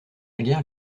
guerre